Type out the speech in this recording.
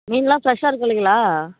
மீனெலாம் ஃப்ரெஷ்ஷாக இருக்கும் இல்லைங்களா